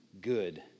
Good